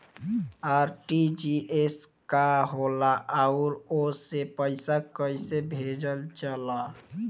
RTGS का होला आउरओ से पईसा कइसे भेजल जला?